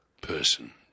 person